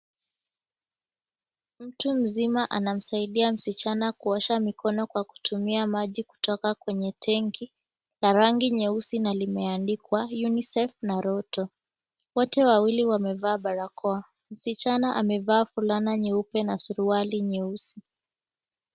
Mtu mzima anamsaidia msichana kuosha mikono kwa kutumia maji kutoka kwenye tenki la rangi nyeusi, na limeandikwa Unicef na Roto. Wote wawili wamevaa barakoa, msichana amevaa fulana nyeupe na suruali nyeusi.